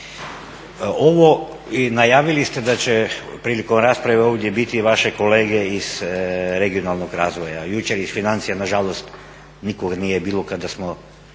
Najavili ste da će prilikom rasprave ovdje biti vaše kolege iz regionalnog razvoja, jučer iz financija nažalost nikoga nije bilo kada smo